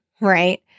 right